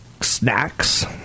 snacks